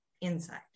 inside